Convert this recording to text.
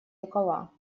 рукава